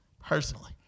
personally